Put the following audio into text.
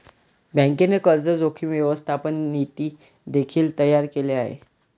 बँकेने कर्ज जोखीम व्यवस्थापन नीती देखील तयार केले आहे